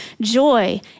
Joy